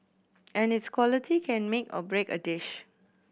and its quality can make or break a dish